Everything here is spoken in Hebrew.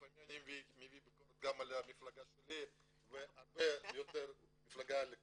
לפעמים אני מביא ביקורת גם על המפלגה שלי והרבה יותר לקואליציה,